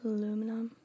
Aluminum